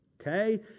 Okay